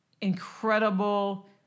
Incredible